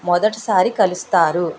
మొదటిసారి కలుస్తారు